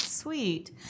Sweet